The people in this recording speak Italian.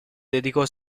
dedicò